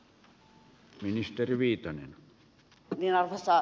arvoisa herra puhemies